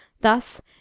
Thus